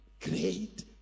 Great